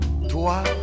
toi